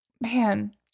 man